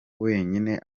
wenyine